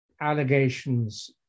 allegations